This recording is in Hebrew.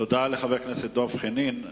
תודה לחבר הכנסת דב חנין.